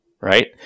right